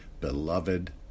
beloved